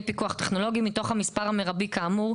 פיקוח טכנולוגי מתוך המספר המרבי כאמור,